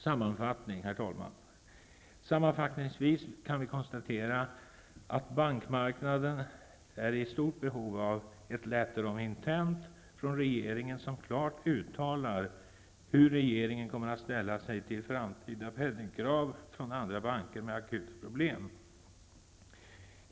Sammanfattningsvis kan jag konstatera att bankmarknaden är i stort behov av ett ''letter of intent'' från regeringen där det klart uttalas hur regeringen kommer att ställa sig till framtida penningkrav från andra banker med akuta problem.